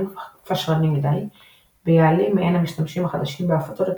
ופשרני מדי ויעלים מעין המשתמשים החדשים בהפצות את